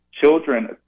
children